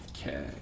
Okay